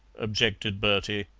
objected bertie.